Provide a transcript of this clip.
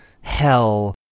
hell